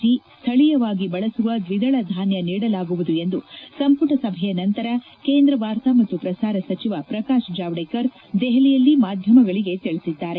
G ಸ್ಥಳೀಯವಾಗಿ ಬಳಸುವ ದ್ವಿದಳ ಧಾನ್ಯ ನೀಡಲಾಗುವುದು ಎಂದು ಸಂಪುಟ ಸಭೆಯ ನಂತರ ಕೇಂದ್ರ ವಾರ್ತಾ ಮತ್ತು ಪ್ರಸಾರ ಸಚಿವ ಪ್ರಕಾಶ್ ಜಾವಡೇಕರ್ ದೆಹಲಿಯಲ್ಲಿ ಮಾಧ್ಯಮಗಳಿಗೆ ತಿಳಿಸಿದ್ದಾರೆ